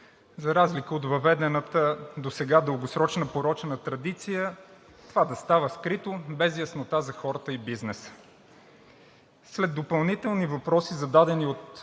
за разлика от въведената досега дългосрочна порочна традиция, това да става скрито, без яснота за хората и бизнеса. След допълнителни въпроси, зададени от